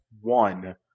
one